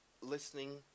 listening